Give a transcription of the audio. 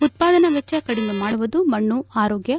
ಉತ್ಪಾದನಾ ವೆಜ್ವ ಕಡಿಮೆ ಮಾಡುವುದು ಮಣ್ಣು ಆರೋಗ್ವ